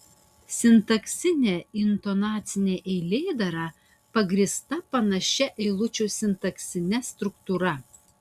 sintaksinė intonacinė eilėdara pagrįsta panašia eilučių sintaksine struktūra